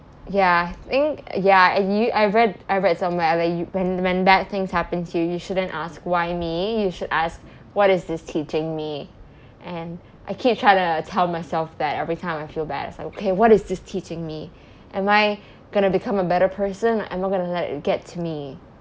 ya I think ya as you I read I read somewhere that you when when bad things happen to you shouldn't ask why me you should ask what is this teaching me and I keep try to tell myself that every time I feel bad so okay what is this teaching me am I going to become a better person am I going to let it get to me